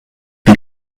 wie